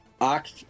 Oct